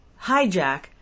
hijack